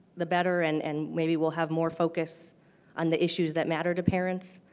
the better. and and maybe we'll have more focus on the issues that matter to parents,